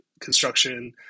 construction